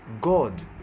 God